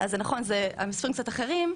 אז נכון המספרים קצת אחרים,